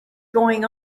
going